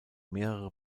mehrere